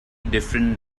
different